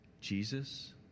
Jesus